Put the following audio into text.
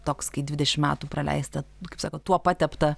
toks kai dvidešim metų praleista kaip sakot tuo patepta